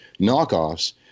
knockoffs